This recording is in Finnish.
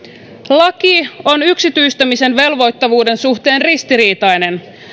laki on yksityistämisen velvoittavuuden suhteen ristiriitainen